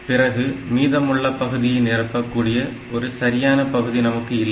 பிறகு மீதமுள்ள பகுதியை நிரப்ப கூடிய ஒரு சரியான பகுதி நமக்கு இல்லை